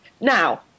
Now